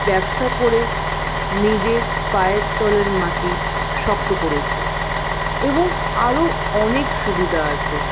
ব্যবসা করে নিজের পায়ের তলের মাটি শক্ত করেছে এবং আরো অনেক সুবিধা আছে